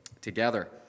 together